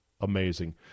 amazing